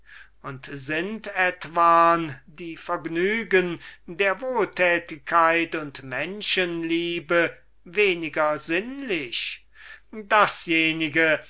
und sind etwan die vergnügen der wohltätigkeit und menschenliebe weniger sinnlich dasjenige